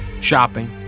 shopping